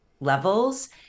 levels